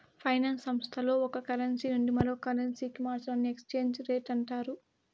finance సంస్థల్లో ఒక currency నుండి మరో కరెన్సీకి మార్చడాన్ని ఎక్స్చేంజ్ రేట్ అంటారు